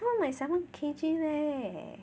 不用买 seven K_G leh